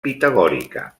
pitagòrica